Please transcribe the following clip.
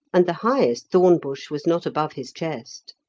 and the highest thorn bush was not above his chest.